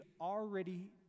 already